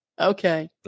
Okay